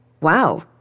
Wow